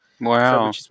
Wow